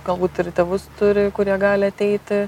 galbūt ir tėvus turi kurie gali ateiti